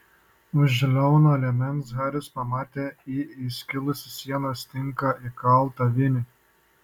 už liauno liemens haris pamatė į įskilusį sienos tinką įkaltą vinį